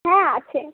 হ্যাঁ আছে